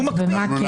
הוא מקפיד.